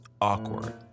awkward